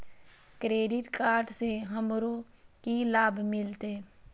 Credit card से हमरो की लाभ मिलते?